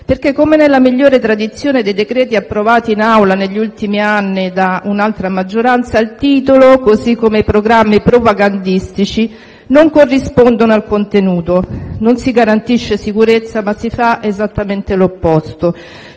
perché, come nella migliore tradizione dei decreti-legge approvati in Aula negli ultimi anni da un'altra maggioranza, il titolo, così come i programmi propagandistici, non corrisponde al contenuto. Non si garantisce sicurezza, ma si fa esattamente l'opposto.